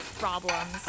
problems